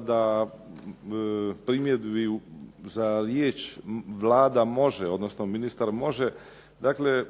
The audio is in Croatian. da primjedbi za riječ Vlada može, odnosno ministar može, dakle